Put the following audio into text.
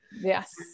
Yes